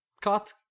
cut